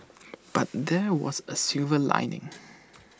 but there was A silver lining